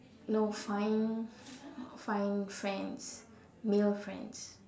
no find find friends new friends